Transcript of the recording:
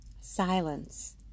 silence